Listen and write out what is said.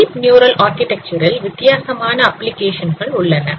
deep neural architecture ல் வித்தியாசமான application கள் உள்ளன